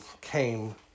came